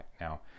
Now